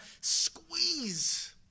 squeeze